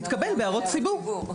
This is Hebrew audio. התקבל בהערות ציבור.